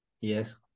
Yes